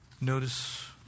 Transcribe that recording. Notice